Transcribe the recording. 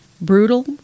brutal